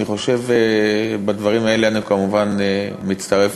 אני חושב שבדברים האלה אני כמובן מצטרף